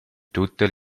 tutte